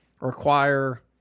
require